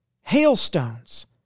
hailstones